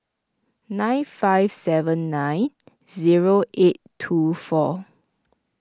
nine five seven nine zero eight two four